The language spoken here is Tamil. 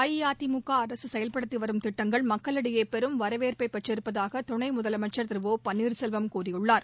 அஇஅதிமுக அரசு செயல்படுத்தி வரும் திட்டங்கள் மக்களிடையே பெரும் வரவேற்பை பெற்றிருப்பதாக துணை முதலமைச்சர் திரு ஓ பன்னீர்செல்வம் கூறியுள்ளார்